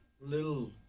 little